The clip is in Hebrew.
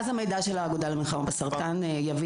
אז אני אשמח לשמוע, כי אני לא הצלחתי למצוא.